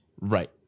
Right